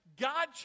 God